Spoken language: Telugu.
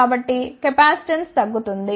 కాబట్టి కెపాసిటెన్స్ తగ్గుతుంది